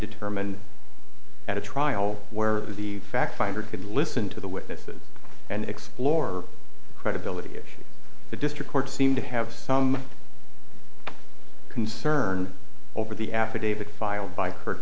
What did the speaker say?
determined at a trial where the fact finder could listen to the witnesses and explore the credibility of the district court seemed to have some concern over the affidavit filed by k